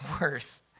worth